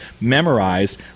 memorized